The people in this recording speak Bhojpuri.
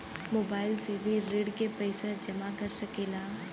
मोबाइल से भी ऋण के पैसा जमा कर सकी ला?